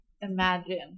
imagine